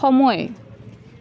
সময়